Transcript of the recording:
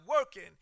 working